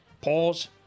Pause